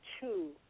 two